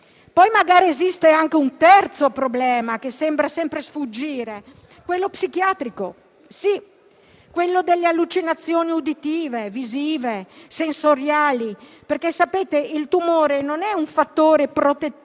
personale. Esiste anche un terzo problema che sembra sempre sfuggire, quello psichiatrico, quello delle allucinazioni uditive, visive e sensoriali, perché il tumore non è un fattore protettivo